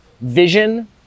vision